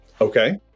Okay